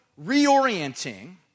reorienting